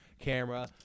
camera